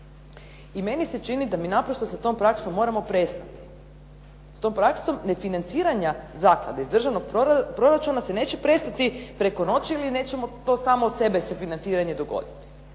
I meni se čini da mi naprosto sa tom praksom moramo prestati. S tom praksom nefinanciranja zaklade iz državnog proračuna se neće prestati preko noći ili nećemo to samo od sebe se financiranje dogoditi.